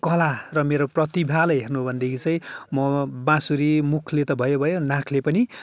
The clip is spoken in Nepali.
कला र मेरो प्रतिभाले हेर्नु हो भनेदेखि चाहिँ म बाँसुरी मुखले त भयोभयो नाखले पनि